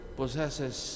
possesses